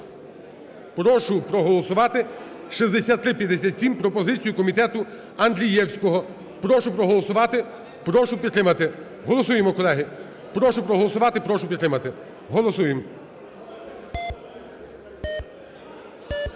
прошу проголосувати 6357, пропозицію комітету Андрієвського. Прошу проголосувати, прошу підтримати. Голосуємо, колеги. Прошу проголосувати, прошу підтримати. Голосуємо.